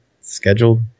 scheduled